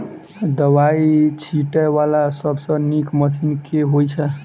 दवाई छीटै वला सबसँ नीक मशीन केँ होइ छै?